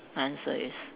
my answer is